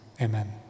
Amen